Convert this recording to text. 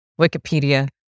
Wikipedia